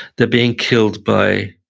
they're being killed by